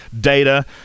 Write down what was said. data